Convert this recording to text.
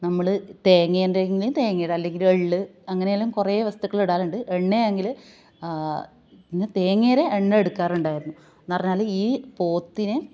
നമ്മൾ തെങ്ങേന്റെയിന് തേങ്ങേടെ അല്ലെങ്കിൽ എള്ള് അങ്ങിനെയെല്ലാം കുറെ വസ്തുക്കളിടാറുണ്ട് എണ്ണയാങ്കിൽ പിന്നെ തേങ്ങേടെ എണ്ണയെടുക്കാറുണ്ടായിരുന്നു എന്നു പറഞ്ഞാൽ ഈ പോത്തിനെ